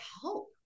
help